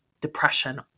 depression